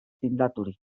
tindaturik